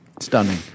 Stunning